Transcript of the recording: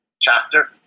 chapter